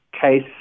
case